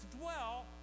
dwell